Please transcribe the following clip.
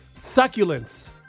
Succulents